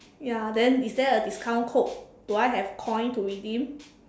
ya then is there a discount code do I have coin to redeem